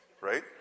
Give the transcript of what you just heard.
right